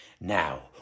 Now